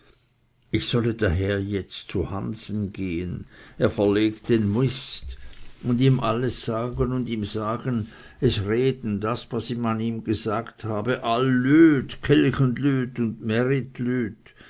ich solle daher jetzt zu hansen gehen er verleg den mist und ihm alles sagen und ihm sagen es rede das was man ihm gesagt habe all lüt dchilcherlüt und